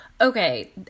okay